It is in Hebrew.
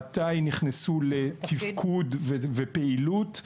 מתי הם נכנסו לתפקוד ולפעילות,